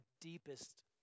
deepest